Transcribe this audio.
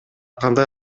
кандай